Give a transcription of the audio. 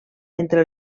entre